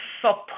support